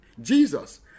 Jesus